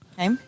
Okay